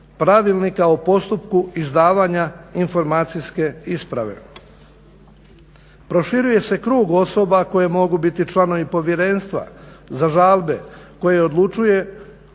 pravilnika o postupku izdavanja informacijske isprave. Proširuje se krug osoba koje mogu biti članovi Povjerenstva za žalbe koje odlučuje